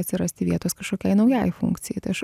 atsirasti vietos kažkokiai naujai funkcijai tai aš